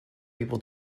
able